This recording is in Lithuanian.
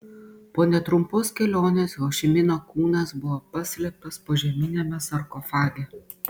po netrumpos kelionės ho ši mino kūnas buvo paslėptas požeminiame sarkofage